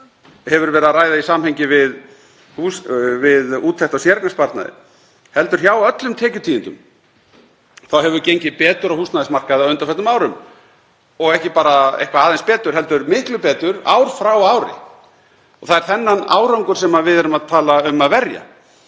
hefur verið að ræða í samhengi við úttekt á séreignarsparnaði, heldur hjá öllum tekjutíundum. Þá hefur gengið betur á húsnæðismarkaði á undanförnum árum og ekki bara aðeins betur heldur miklu betur ár frá ári. Það er þennan árangur sem við erum að tala um að verja.